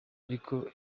ariko